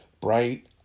Bright